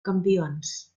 campions